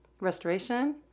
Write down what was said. restoration